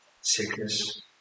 sickness